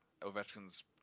Ovechkin's